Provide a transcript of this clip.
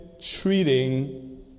treating